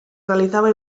realizaba